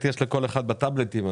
יש לכל אחד בטאבלטים.